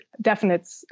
definite